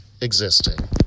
existing